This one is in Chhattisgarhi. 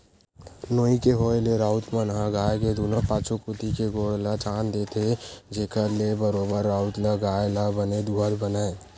नोई के होय ले राउत मन ह गाय के दूनों पाछू कोती के गोड़ ल छांद देथे, जेखर ले बरोबर राउत ल गाय ल बने दूहत बनय